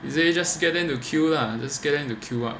he say just get them to queue lah just get them to queue up